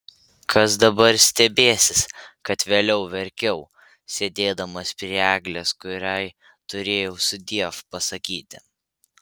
kas dabar stebėsis kad vėliau verkiau sėdėdamas prie eglės kuriai turėjau sudiev pasakyti